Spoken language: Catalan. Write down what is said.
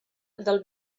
del